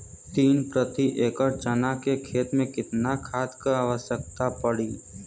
तीन प्रति एकड़ चना के खेत मे कितना खाद क आवश्यकता पड़ी?